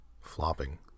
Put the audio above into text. flopping